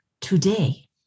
today